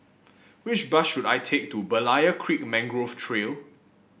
which bus should I take to Berlayer Creek Mangrove Trail